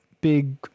big